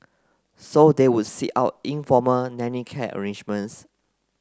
so they would seek out informal nanny care arrangements